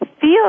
feel